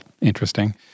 interesting